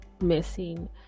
missing